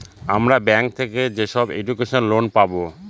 আমরা ব্যাঙ্ক থেকে যেসব এডুকেশন লোন পাবো